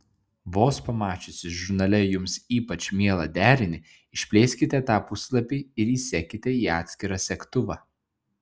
vos pamačiusi žurnale jums ypač mielą derinį išplėskite tą puslapį ir įsekite į atskirą segtuvą